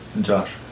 Josh